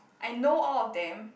I know all of them